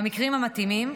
במקרים המתאימים,